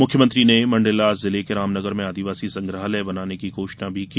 मुख्यमंत्री ने मंडला जिले के रामनगर में आदिवासी संग्रहालय बनाने की घोषणा भी की